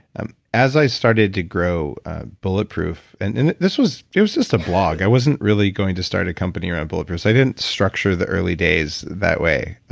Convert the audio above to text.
and as i started to grow bulletproof, and and it was just just a blog. i wasn't really going to start a company around bulletproof so i didn't structure the early days that way.